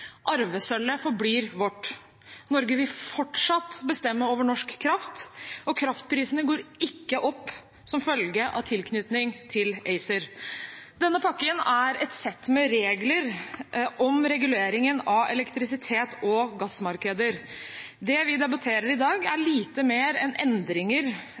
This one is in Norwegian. Arvesølvet forblir vårt, Norge vil fortsatt bestemme over norsk kraft, og kraftprisene går ikke opp som følge av tilknytning til ACER. Denne pakken er et sett med regler om reguleringen av elektrisitet og gassmarkeder. Det vi debatterer i dag, er lite mer enn endringer